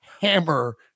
hammer